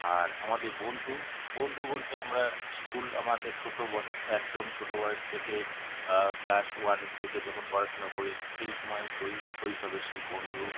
আর আমাদের বন্ধু বন্ধু বলতে আমরা স্কুল আমাদের ছোট একদম ছোট বয়স থেকে ক্লাস ওয়ান থেকে যখন পড়াশোনা করি সেই সময় শৈশবের সেই বন্ধু